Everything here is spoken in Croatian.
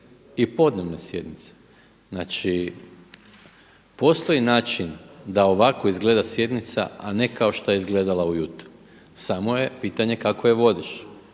i podnevne sjednice. Znači, postoji način da ovako izgleda sjednica, a ne kao što je izgledala ujutro. Samo je pitanje kako je vodiš.